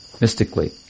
mystically